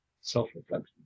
self-reflection